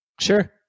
Sure